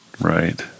Right